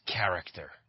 character